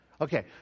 Okay